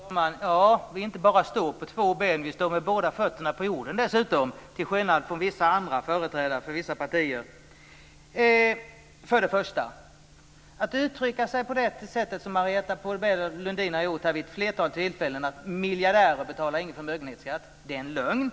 Herr talman! Ja, vi inte bara står på två ben - vi står dessutom med båda fötterna på jorden, till skillnad från företrädare för vissa andra partier. Marietta de Pourbaix-Lundin har här vid ett flertal tillfällen sagt att miljardärer inte betalar någon förmögenhetsskatt. Det är en lögn.